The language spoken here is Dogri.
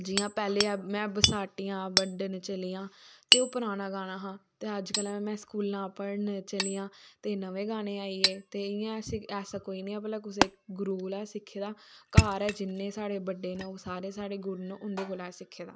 जियां पैह्ले ऐ मैं बसाठियां बड्ढन चली आं ते ओह् पराना गाना हा ते जकल मैं स्कूलां पढ़न चली आं ते नमें गानें आइये ते इयां ऐसा कोई नी ऐ भला कुसै गुरु कोला सिक्खे दा घर जिन्ने साढ़े बड्डे न ओह् सारे साढ़े गुरु न उंदे कोला गै सिक्खे दा